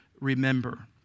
remember